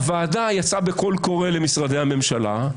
הוועדה יצאה בקול קורא למשרדי הממשלה,